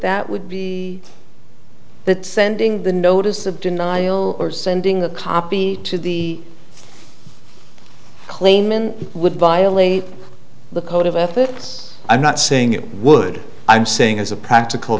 that would be that sending the notice of denial or sending a copy to the claimant would violate the code of ethics i'm not saying it would i'm saying as a practical